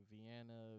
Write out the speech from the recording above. Vienna